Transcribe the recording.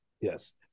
Yes